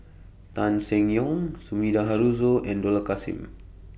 Tan Seng Yong Sumida Haruzo and Dollah Kassim